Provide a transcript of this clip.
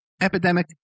Epidemic